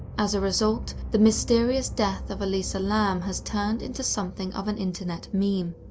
as a result, the mysterious death of elisa lam has turned into something of an internet meme,